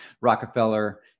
Rockefeller